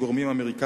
בעלויות,